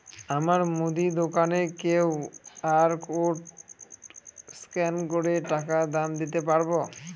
আমার মুদি দোকানের কিউ.আর কোড স্ক্যান করে টাকা দাম দিতে পারব?